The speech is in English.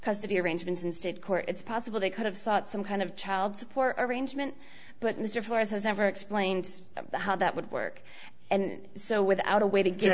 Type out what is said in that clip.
custody arrangements in state court it's possible they could have sought some kind of child support arrangement but mr flores has never explained how that would work and so without a way to get